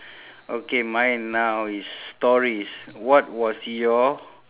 okay mine now is stories what was your